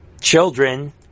children